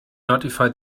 notified